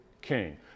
king